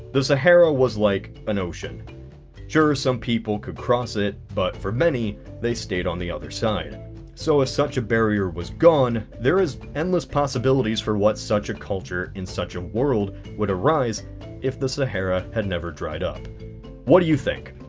the sahara was like an ocean sure some people could cross it, but for many they stayed on the other side so as such a barrier was gone there is endless possibilities for what such a culture in such a world would arise if the sahara had never dried up what do you think?